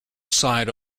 side